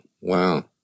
wow